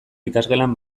ikasgelan